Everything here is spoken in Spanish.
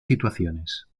situaciones